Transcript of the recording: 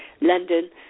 London